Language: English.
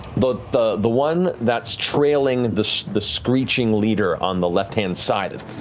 but the the one that's trailing and the the screeching leader on the left hand side is